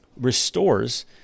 restores